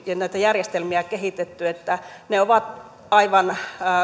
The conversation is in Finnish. ja näitä järjestelmiä on kehitetty sillä tavalla että ne ovat aivan